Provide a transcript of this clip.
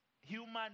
human